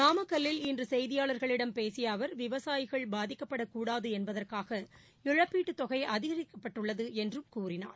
நாமக்கல்லில் இன்று செய்தியாளர்களிடம் பேசிய அவர் விவசாயிகள் பாதிக்கப்படக்கூடாது என்பதற்காக இழப்பீட்டுத் தொகை அதிகரிக்கப்பட்டுள்ளது என்றும் கூறினார்